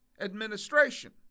administration